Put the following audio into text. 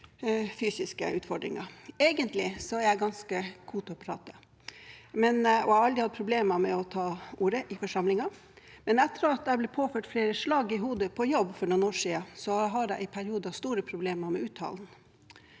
fysiske utfordringer. Egentlig er jeg ganske god til å prate, og jeg har aldri hatt problemer med å ta ordet i forsamlinger, men etter at jeg ble påført flere slag i hodet på jobb for noen år siden, har jeg i perioder store problemer med uttalen.